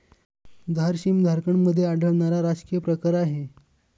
झारसीम झारखंडमध्ये आढळणारा राजकीय प्रकार आहे